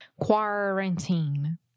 Quarantine